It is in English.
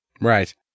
Right